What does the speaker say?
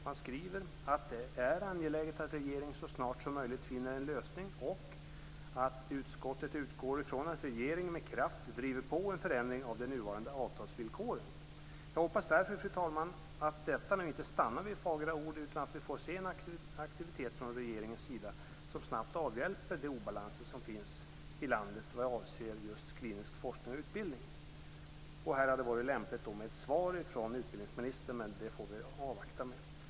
Man skriver att det är angeläget att regeringen så snart som möjligt finner en lösning och att utskottet utgår ifrån att regeringen med kraft driver på en förändring av de nuvarande avtalsvillkoren. Jag hoppas därför, fru talman, att detta inte stannar vid fagra ord, utan att vi får se en aktivitet från regeringens sida som snabbt avhjälper de obalanser som finns i landet vad avser just klinisk forskning och utbildning. Här hade det varit lämpligt med ett svar från utbildningsministern, men det får vi avvakta med.